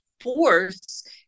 force